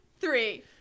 three